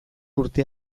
urte